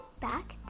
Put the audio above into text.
back